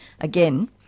again